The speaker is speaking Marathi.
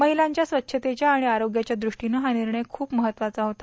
महिलांच्या स्वच्छतेच्या आणि आरोग्याच्या दृष्टीने हा निर्णय होणे खूप महत्वाचे होते